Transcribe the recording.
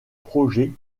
projets